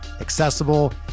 accessible